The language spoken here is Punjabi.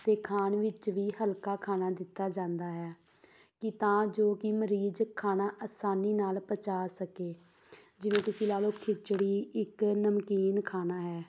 ਅਤੇ ਖਾਣ ਵਿੱਚ ਵੀ ਹਲਕਾ ਖਾਣਾ ਦਿੱਤਾ ਜਾਂਦਾ ਹੈ ਕਿ ਤਾਂ ਜੋ ਕਿ ਮਰੀਜ਼ ਖਾਣਾ ਆਸਾਨੀ ਨਾਲ ਪਚਾ ਸਕੇ ਜਿਵੇਂ ਤੁਸੀਂ ਲਾ ਲਓ ਖਿਚੜੀ ਇੱਕ ਨਮਕੀਨ ਖਾਣਾ ਹੈ